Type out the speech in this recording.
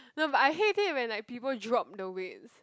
no but I hate it when like people drop the weights